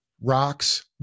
rocks